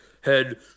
Head